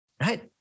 Right